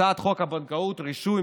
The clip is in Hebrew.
הצעת חוק הבנקאות (רישוי)